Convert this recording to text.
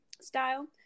style